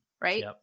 Right